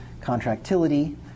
contractility